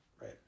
right